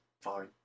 fine